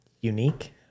unique